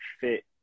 fit